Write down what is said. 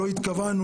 לא התכוונו.